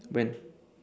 when